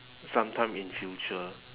sometime in future